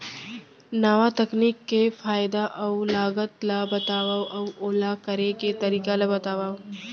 नवा तकनीक के फायदा अऊ लागत ला बतावव अऊ ओला करे के तरीका ला बतावव?